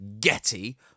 Getty